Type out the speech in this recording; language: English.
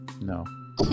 No